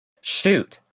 Shoot